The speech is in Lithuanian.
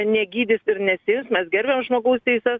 negydys ir nesis mes gerbiam žmogaus teises